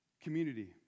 Community